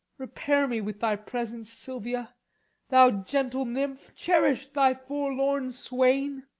repair me with thy presence, silvia thou gentle nymph, cherish thy forlorn swain.